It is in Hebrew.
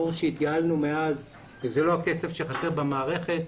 ברור שמאז התייעלנו וזה לא הכסף שחסר במערכת.